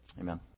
amen